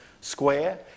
square